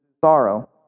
Sorrow